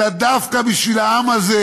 אלא דווקא בשביל העם הזה,